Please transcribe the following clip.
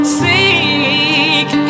seek